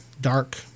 Dark